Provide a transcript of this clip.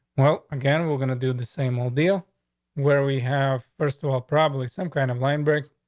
well, again, we're gonna do the same old deal where we have, first of all, probably some kind of line breaks